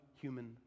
human